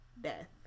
death